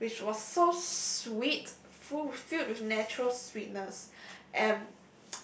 which was so sweet full filled with natural sweetness and